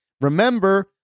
Remember